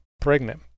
pregnant